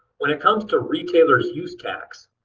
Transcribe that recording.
when it comes to retailer's use tax,